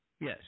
Yes